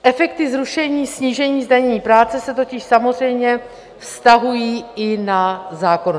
Efekty zrušení, snížení zdanění práce se totiž samozřejmě vztahují i na zákonodárce.